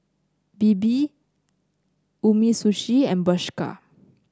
Bebe Umisushi and Bershka